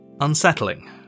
unsettling